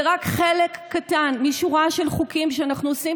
זה רק חלק קטן משורה של חוקים שאנחנו עושים